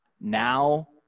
now